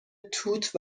توت